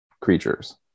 creatures